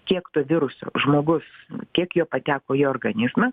kiek to viruso žmogus kiek jo pateko į organizmą